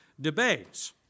debates